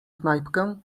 knajpkę